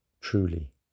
truly